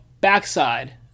Backside